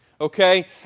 okay